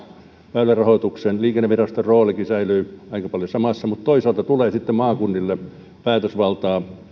väylärahoituksen ja liikenneviraston roolikin säilyy aika paljon samana mutta toisaalta tulee sitten maakunnille päätösvaltaa